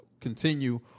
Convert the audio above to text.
continue